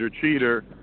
cheater